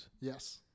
Yes